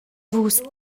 vus